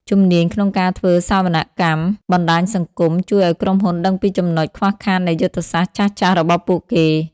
ជំនាញក្នុងការធ្វើសវនកម្មបណ្តាញសង្គម ជួយឱ្យក្រុមហ៊ុនដឹងពីចំណុចខ្វះខាតនៃយុទ្ធសាស្ត្រចាស់ៗរបស់ពួកគេ។